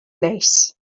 neis